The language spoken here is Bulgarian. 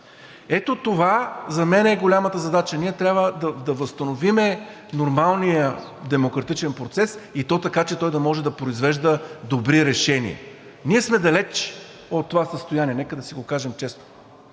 Ето това за мен е голямата задача. Ние трябва да възстановим нормалният демократичен процес, и то така, че той да може да произвежда добри решения. Ние сме далеч от това състояние – нека да си го кажем честно,